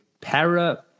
para